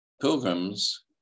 pilgrims